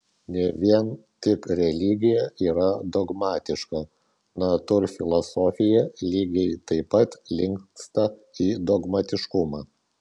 ne vien tik religija yra dogmatiška natūrfilosofija lygiai taip pat linksta į dogmatiškumą